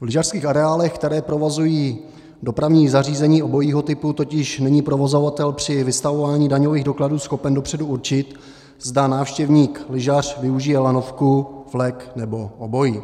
V lyžařských areálech, které provozují dopravní zařízení obojího typu, totiž není provozovatel při vystavování daňových dokladů schopen dopředu určit, zda návštěvníklyžař využije lanovku, vlek nebo obojí.